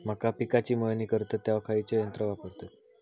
मका पिकाची मळणी करतत तेव्हा खैयचो यंत्र वापरतत?